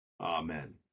amen